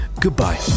goodbye